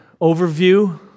overview